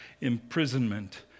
imprisonment